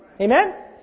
Amen